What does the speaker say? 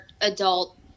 adult